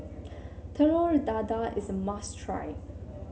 Telur Dadah is a must try